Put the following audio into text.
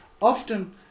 Often